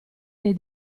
nei